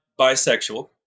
bisexual